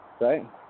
right